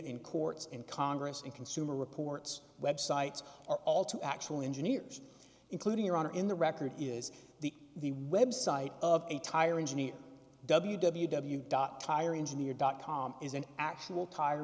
in courts and congress and consumer reports web sites are all to actually engineers including your honor in the record is the website of a tire engineer w w w dot tire engineer dot com is an actual tire